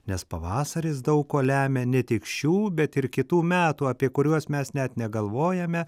nes pavasaris daug kuo lemia ne tik šių bet ir kitų metų apie kuriuos mes net negalvojame